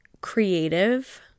creative